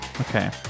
Okay